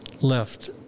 left